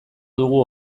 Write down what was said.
dugu